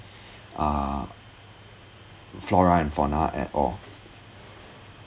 uh flora and fauna at all